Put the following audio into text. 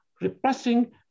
repressing